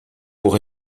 pour